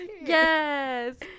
Yes